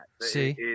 See